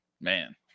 man